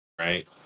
right